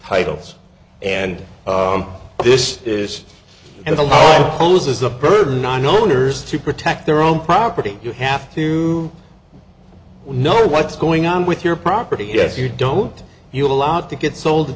titles and this is in the law poses a burden on the owners to protect their own property you have to we know what's going on with your property yes you don't you allowed to get sold